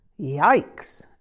Yikes